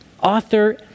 author